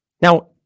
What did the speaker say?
Now